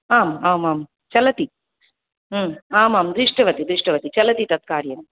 आम् आमां चलति आमां दृष्टवती दृष्टवती चलति तत् कार्यं